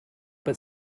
but